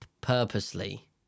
purposely